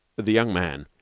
the young man,